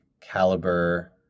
caliber